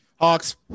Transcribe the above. Hawks